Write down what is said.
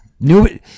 New